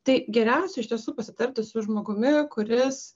tai geriausizi iš tiesų pasitarti su žmogumi kuris